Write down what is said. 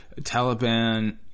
Taliban